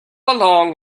along